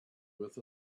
with